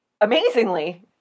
Amazingly